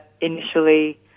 initially